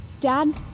Dad